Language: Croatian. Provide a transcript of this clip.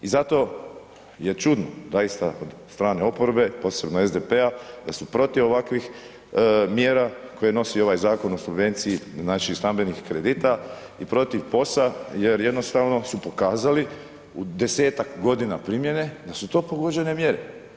I zato je čudno zaista od strane oporbe, posebno SDP-a da su protiv ovakvih mjera koji nosi ovaj Zakon o subvenciji, znači, stambenih kredita i protiv POS-a jer jednostavno su pokazali u 10-tak godina primjene da su to pogođene mjere.